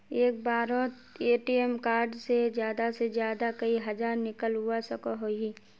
एक बारोत ATM card से ज्यादा से ज्यादा कई हजार निकलवा सकोहो ही?